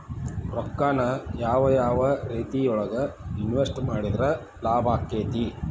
ರೊಕ್ಕಾನ ಯಾವ ಯಾವ ರೇತಿಯೊಳಗ ಇನ್ವೆಸ್ಟ್ ಮಾಡಿದ್ರ ಲಾಭಾಕ್ಕೆತಿ?